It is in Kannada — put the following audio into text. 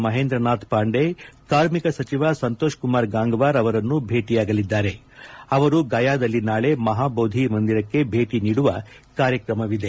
ಮಹೇಂದ್ರನಾಥ್ ಪಾಂಡೆ ಕಾರ್ಮಿಕ ಸಚಿವ ಸಂತೋಷ್ ಕುಮಾರ್ ಗಂಗವಾರ್ ಅವರನ್ನೂ ಬೇಟೆಯಾಗಲಿದ್ದಾರೆ ಅವರು ಗಯಾದಲ್ಲಿ ನಾಳೆ ಮಹಾಬೋಧಿ ಮಂದಿರಕ್ಕೆ ಭೇಟಿ ನೀಡುವ ಕಾರ್ಯಕ್ರಮವೂ ಇದೆ